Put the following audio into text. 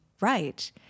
right